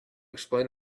explain